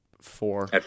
four